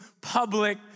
public